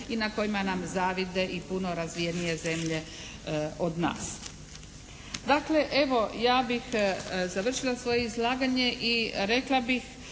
i na kojima nam zavide i puno razvijenije zemlje od nas. Dakle evo ja bih završila svoje izlaganje i rekla bih